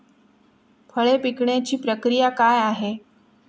फळे पिकण्याची प्रक्रिया काय आहे?